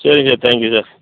சரிங்க sir thank you sir